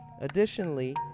Additionally